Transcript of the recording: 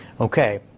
Okay